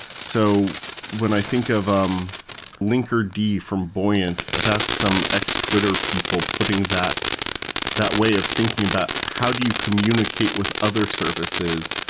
so when i think of um linkerd from buoyant, that's some ex-twitter people putting that that way of thinking about how do you communicate with other services?